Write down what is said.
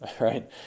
right